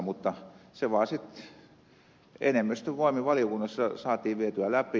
mutta se vaan sitten enemmistön voimin valiokunnassa saatiin vietyä läpi